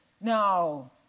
no